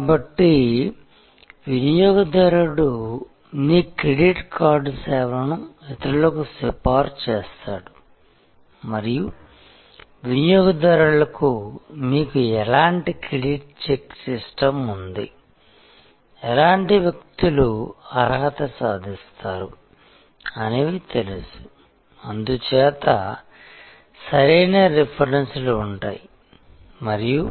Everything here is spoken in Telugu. కాబట్టి వినియోగదారుడు మీ క్రెడిట్ కార్డ్ సేవను ఇతరులకు సిఫారసు చేస్తాడు మరియు వినియోగదారులకు మీకు ఎలాంటి క్రెడిట్ చెక్ సిస్టమ్ ఉంది ఎలాంటి వ్యక్తులు అర్హత సాధిస్తారు అనేవి తెలుసు అందుచేత సరైన రిఫరెన్స్లు ఉంటాయి మరియు